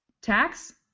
Tax